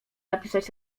napisać